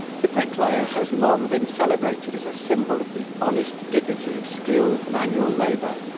the bricklayer has long been celebrated as a symbol of the honest dignity of skilled manual labor,